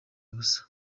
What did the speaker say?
ubusa